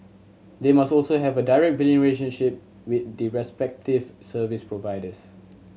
they must also have a direct billing relationship with the respective service providers